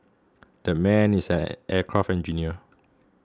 that man is an aircraft engineer